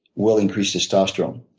will increase testosterone.